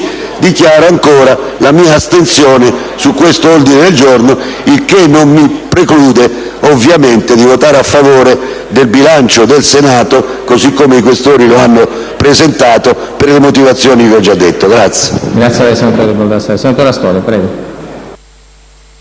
dichiaro ancora la mia astensione su questo ordine del giorno. Il che non mi preclude ovviamente di votare a favore del bilancio del Senato così come i senatori Questori lo hanno presentato, per le motivazioni che ho già detto.